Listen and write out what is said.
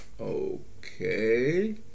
Okay